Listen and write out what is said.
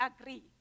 agree